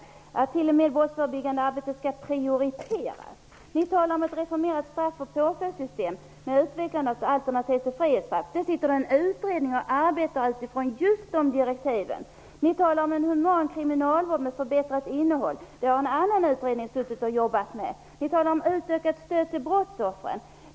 Där står t.o.m. att det brottsförebyggande arbetet skall prioriteras. Ni talar om att reformera straff och påföljdssystem med utvecklandet av alternativ till frihetsstraff. Det finns en utredning som arbetar utifrån just de direktiven. Ni talar om en human kriminalvård med förbättrat innehåll. Den frågan har en annan utredning arbetat med. Ni talar om utökat stöd till brottsoffren.